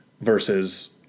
Versus